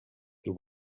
the